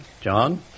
John